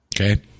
Okay